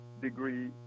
degree